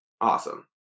Awesome